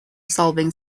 solving